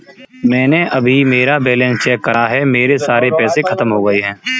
मैंने अभी मेरा बैलन्स चेक करा है, मेरे सारे पैसे खत्म हो गए हैं